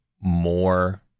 more